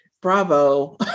Bravo